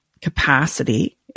capacity